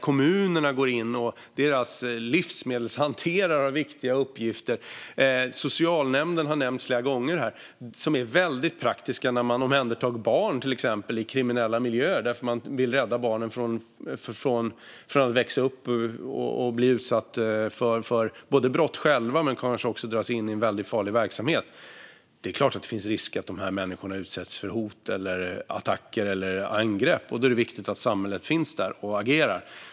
Kommunerna går in, och deras livsmedelshanterare har viktiga uppgifter. Socialnämnden, som har nämnts flera gånger här, är väldigt praktisk när man till exempel omhändertar barn i kriminella miljöer därför att man vill rädda barnen från en uppväxt där de själva blir utsatta för brott men kanske också dras in i farlig verksamhet. Det är klart att det finns risk att de här människorna utsätts för hot eller attacker eller angrepp. Då är det viktigt att samhället finns där och agerar.